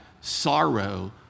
sorrow